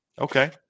okay